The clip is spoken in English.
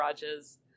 garages